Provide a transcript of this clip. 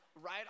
Right